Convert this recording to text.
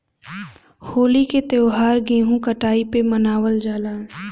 होली क त्यौहार गेंहू कटाई पे मनावल जाला